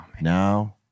Now